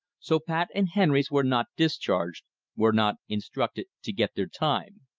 so pat and henrys were not discharged were not instructed to get their time.